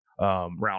round